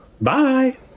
bye